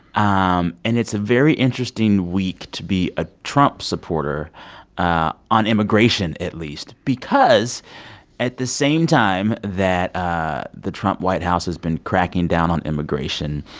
um and it's a very interesting week to be a trump supporter ah on immigration, at least because at the same time that ah the trump white house has been cracking down on immigration,